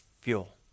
fuel